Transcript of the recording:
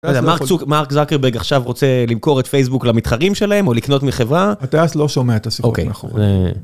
מרק צוקרברג עכשיו רוצה למכור את פייסבוק למתחרים שלהם או לקנות מחברה. הטייס לא שומע את השיחות מאחורה.